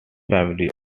family